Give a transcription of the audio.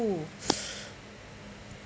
oo